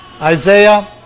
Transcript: Isaiah